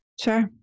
Sure